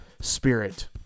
spirit